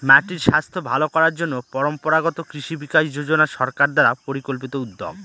মাটির স্বাস্থ্য ভালো করার জন্য পরম্পরাগত কৃষি বিকাশ যোজনা সরকার দ্বারা পরিকল্পিত উদ্যোগ